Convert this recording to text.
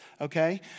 Okay